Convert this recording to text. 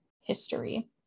history